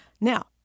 Now